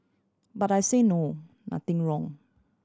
but I say no nothing wrong